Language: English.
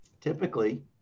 Typically